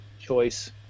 choice